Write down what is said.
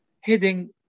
heading